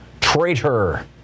traitor